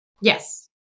Yes